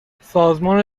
سازمان